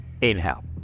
Inhale